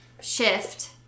shift